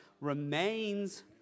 remains